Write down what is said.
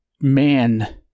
man